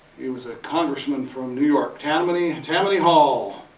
he was ah congressman from new york tammany, tammany hall.